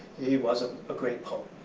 he was a ah great poet.